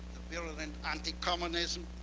virulent anti-communism,